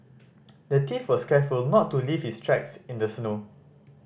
the thief was careful not to leave his tracks in the snow